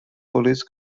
police